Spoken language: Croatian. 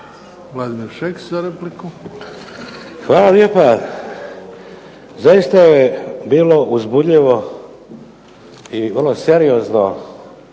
Vladimir (HDZ)** Hvala lijepa. Zaista je bilo uzbudljivo i vrlo seriozno